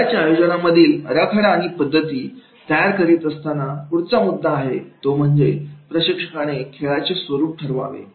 खेळाच्या आयोजना मधील आराखडा आणि पद्धती तयार करीत असताना पुढचा मुद्दा आहे तो म्हणजे प्रशिक्षकाने खेळाचे स्वरूप ठरवावे